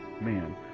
man